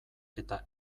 eta